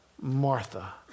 Martha